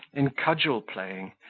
in cudgel-playing,